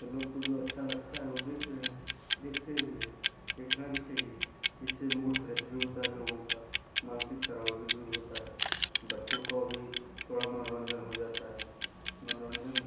तो लोग को जो अच्छा लगता है वह देख रहे हैं देखते भी हैं देखना भी चाहिए इससे मूड फ्रेश भी होता है लोगों का मानसिक तनाव भी दूर होता है बच्चों का भी थोड़ा मनोरंजन हो जाता है मनोरंजन